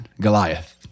Goliath